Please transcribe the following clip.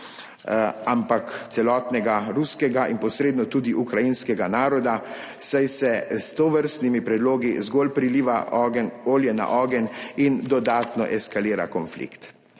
ampak celotnega ruskega in posredno tudi ukrajinskega naroda, saj se s tovrstnimi predlogi zgolj priliva ogenj, olje na ogenj in dodatno eskalira konflikt.